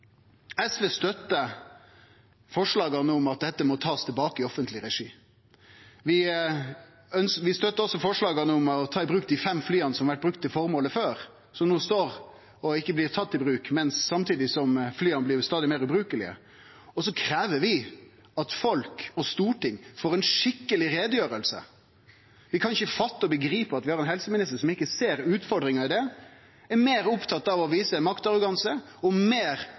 SV støttar forslaga om at ein må ta dette tilbake i offentleg regi. Vi støttar også forslaga om å ta i bruk dei fem flya som har blitt brukte til formålet før, og som no står og ikkje blir tatt i bruk – samtidig som flya blir stadig meir ubrukelege. Vi krev òg at folk og storting får ei skikkeleg utgreiing. Vi kan ikkje fatte og begripe at vi har ein helseminister som ikkje ser utfordringa i det, men er meir opptatt av å vise maktarroganse og meir